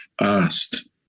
asked